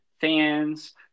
fans